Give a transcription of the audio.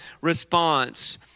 response